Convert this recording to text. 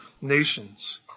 nations